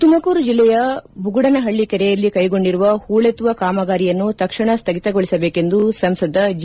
ತುಮಕೂರು ಜಿಲ್ಲೆಯ ಬುಗುಡನಹಳ್ಳಿ ಕೆರೆಯಲ್ಲಿ ಕೈಗೊಂಡಿರುವ ಹೂಳೆತ್ತುವ ಕಾಮಗಾರಿಯನ್ನು ತಕ್ಷಣ ಸ್ಥಗಿತಗೊಳಿಸಬೇಕೆಂದು ಸಂಸದ ಜಿ